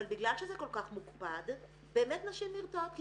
אבל בגלל שזה כל כך מוקפד באמת נשים נרתעות כי